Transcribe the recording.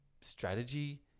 strategy